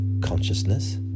consciousness